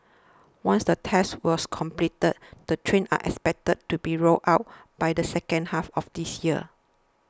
once the tests was completed the trains are expected to be rolled out by the second half of this year